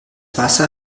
wasser